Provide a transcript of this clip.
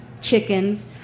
chickens